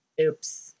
oops